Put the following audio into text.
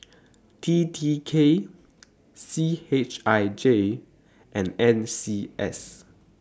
T T K C H I J and N C S